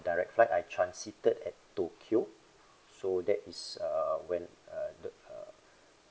direct flight I transited at tokyo so that is uh when uh don't uh